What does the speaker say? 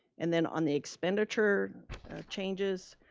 and then on the expenditure changes,